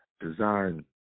Design